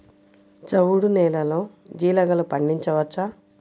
చవుడు నేలలో జీలగలు పండించవచ్చా?